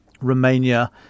Romania